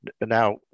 Now